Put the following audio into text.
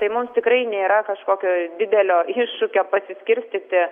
tai mums tikrai nėra kažkokio didelio iššūkio pasiskirstyti